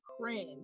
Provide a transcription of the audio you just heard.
cringe